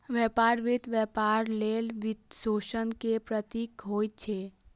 व्यापार वित्त व्यापार लेल वित्तपोषण के प्रतीक होइ छै